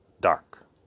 dark